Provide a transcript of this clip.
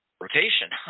rotation